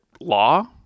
law